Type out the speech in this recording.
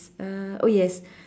uh oh yes